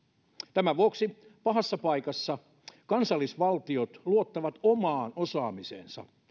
tämän vuoksi pahassa paikassa kansallisvaltiot luottavat omaan osaamiseensa